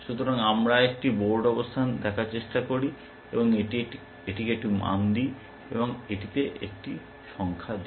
সুতরাং আমরা একটি বোর্ড অবস্থান দেখার চেষ্টা করি এবং এটিকে একটি মান দিন এটিতে একটি সংখ্যা দিন